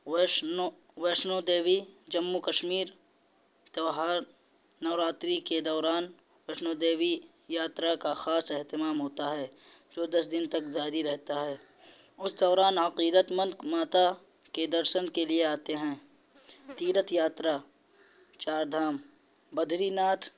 ویشنو ویشنو دیوی جموں کشمیر تہوار نو راتری کے دوران ویشنو دیوی یاترا کا خاص اہتمام ہوتا ہے جو دس دن تک جاری رہتا ہے اس دوران عقیدتمند ماتا کے درشن کے لیے آتے ہیں تیرتھ یاترا چار دھام بدری ناتھ